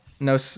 No